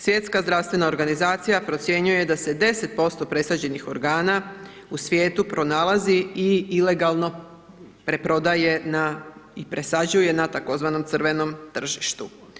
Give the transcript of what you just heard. Svjetska zdravstvena organizacija procjenjuje da se 10% presađenih organa u svijetu pronalazi i ilegalno preprodaje i presađuje na tzv. crvenom tržištu.